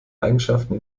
eigenschaften